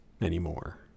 anymore